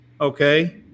Okay